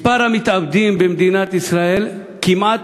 מספר המתאבדים במדינת ישראל הוא כמעט